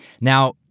Now